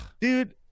Dude